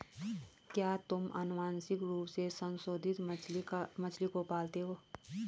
क्या तुम आनुवंशिक रूप से संशोधित मछली को पालते हो?